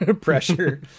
pressure